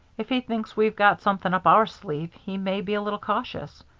if he thinks we've got something up our sleeve he may be a little cautious.